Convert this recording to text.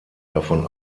davon